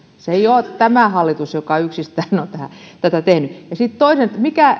se ei ole tämä hallitus joka yksistään on tätä tehnyt sitten toinen asia mikä